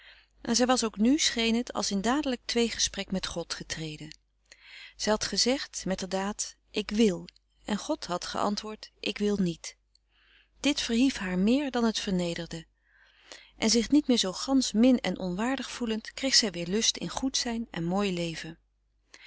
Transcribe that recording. en zij was ook nu scheen het als in dadelijk tweegesprek met god getreden zij had gezegd metterfrederik van eeden van de koele meren des doods daad ik wil en god had geantwoord ik wil niet dit verhief haar meer dan het vernederde en zich niet meer zoo gansch min en onwaardig voelend kreeg zij weer lust in goed zijn en mooi leven